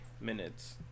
minutes